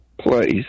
place